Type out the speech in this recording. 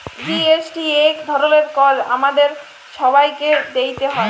GST ইক ধরলের কর আমাদের ছবাইকে দিইতে হ্যয়